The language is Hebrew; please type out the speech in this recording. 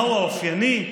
מהו האופייני?